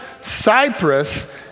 Cyprus